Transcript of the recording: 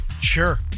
sure